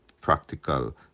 practical